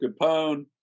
Capone